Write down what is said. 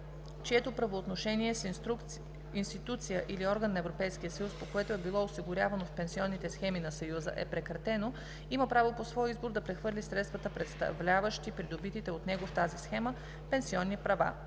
чието правоотношение с институция или орган на Европейския съюз, по което е било осигурявано в пенсионните схеми на Съюза, е прекратено, има право по свой избор да прехвърли средствата, представляващи придобитите от него в тази схема пенсионни права: